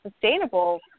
sustainable